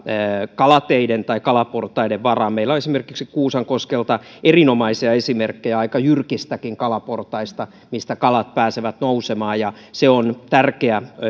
kalateiden tai kalaportaiden varaan meillä on esimerkiksi kuusankoskelta erinomaisia esimerkkejä aika jyrkistäkin kalaportaista mistä kalat pääsevät nousemaan se on tärkeä